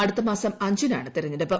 അടുത്ത മാസം അഞ്ചിനാണ് തെരഞ്ഞെടുപ്പ്